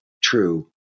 true